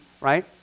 right